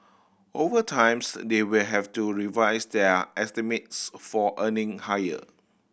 over times they will have to revise their estimates for earning higher